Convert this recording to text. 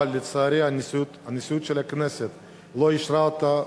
אבל לצערי, נשיאות הכנסת לא אישרה אותה.